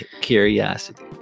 Curiosity